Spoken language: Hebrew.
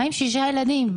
מה עם שישה ילדים?